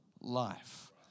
life